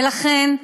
ולכן,